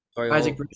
Isaac